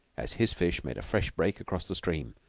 as his fish made a fresh break across the stream.